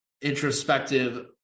introspective